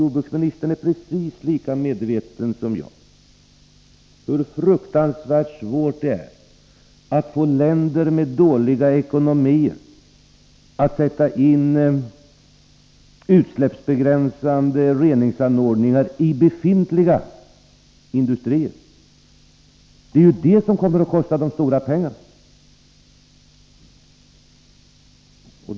Jordbruksministern är precis lika medveten som jag om hur fruktansvärt svårt det är att få länder med dåliga ekonomier att sätta in utsläppsbegränsande reningsanordningar i befintliga industrier. Det är det som kommer att kosta de stora pengarna.